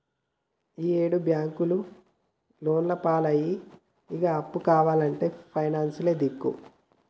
ఈయేడు బాంకులు లోన్లియ్యపాయె, ఇగ అప్పు కావాల్నంటే పైనాన్సులే దిక్కు